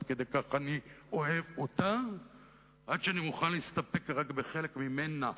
עד כדי כך אני אוהב אותה עד שאני מוכן להסתפק רק בחלק ממנה,